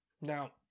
Now